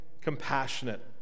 compassionate